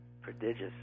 prodigious